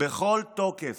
בכל תוקף,